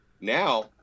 now